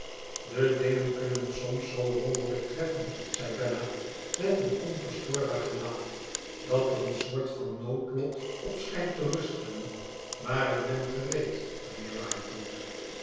de dingen kunnen soms z wonderlijk treffen zei bella met een onverstoorbaar gelaat dat er een soort van noodlot op schijnt te rusten maar ik ben gereed